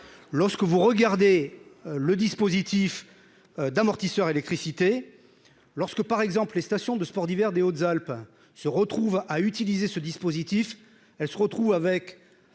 lorsque vous regardez le dispositif d'amortisseur électricité lorsque, par exemple, les stations de sports d'hiver des Hautes-Alpes se retrouvent à utiliser ce dispositif, elle se retrouve avec